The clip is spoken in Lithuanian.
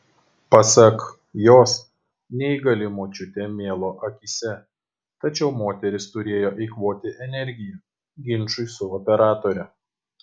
pasak jos neįgali močiutė mėlo akyse tačiau moteris turėjo eikvoti energiją ginčui su operatore